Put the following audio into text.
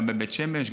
גם בבית שמש.